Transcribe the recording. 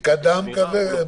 כרגע 20,